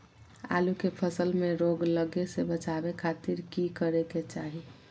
आलू के फसल में रोग लगे से बचावे खातिर की करे के चाही?